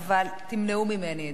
אז תמנעו ממני את זה.